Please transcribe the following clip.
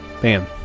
Bam